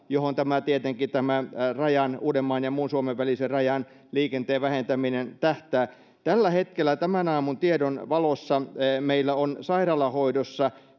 johon tietenkin tämä uudenmaan ja muun suomen välisen rajan liikenteen vähentäminen tähtää tällä hetkellä tämän aamun tiedon valossa meillä on sairaalahoidossa